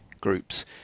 groups